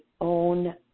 own